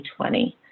2020